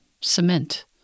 cement